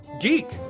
geek